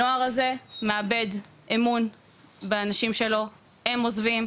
הנוער הזה מאבד אמון באנשים שלו, הם עוזבים,